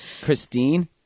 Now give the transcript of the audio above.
Christine